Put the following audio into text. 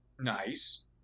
nice